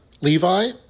Levi